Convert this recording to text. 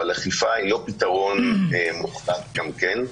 אבל אכיפה היא לא פתרון מוחלט גם כן,